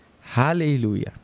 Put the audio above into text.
Hallelujah